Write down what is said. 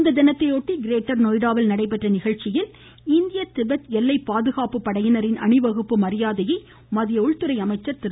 இத்தினத்தையொட்டி கிரேட்டர் நொய்டாவில் நடைபெற்ற நிகழ்ச்சியில் இந்திய திபெத் எல்லை பாதுகாப்பு படையினரின் அணிவகுப்பு மரியாதையை மத்திய உள்துறை அமைச்சர் திரு